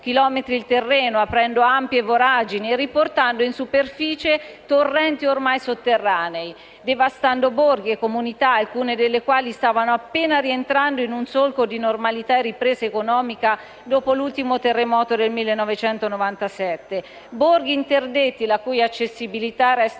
chilometri il terreno, aprendo ampie voragini, e riportando in superficie torrenti ormai sotterranei, devastando borghi e comunità, alcune delle quali stavano appena rientrando in un solco di normalità e ripresa economica dopo l'ultimo terremoto del 1997. Borghi interdetti, la cui accessibilità resta